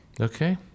Okay